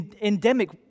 endemic